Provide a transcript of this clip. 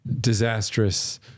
disastrous